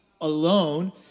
alone